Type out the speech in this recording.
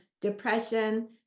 depression